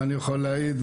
אני יכול להעיד,